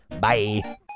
Bye